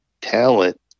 talent